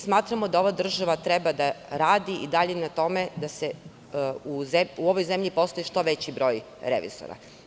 Smatramo da ova država treba da radi i dalje na tome da u ovoj zemlji postoji što veći broj revizora.